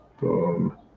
boom